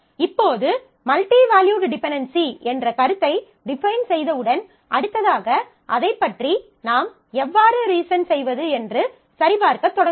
இப்போது multi valued dependency என்ற கருத்தை டிஃபைன் செய்தவுடன் அடுத்ததாக அதைப் பற்றி நாம் எவ்வாறு ரீசன் செய்வது என்று சரிபார்க்கத் தொடங்குவோம்